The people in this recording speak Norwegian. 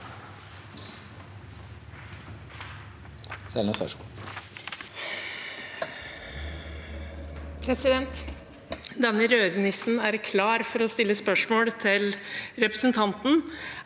Denne rødnissen er klar til å stille spørsmål til representanten.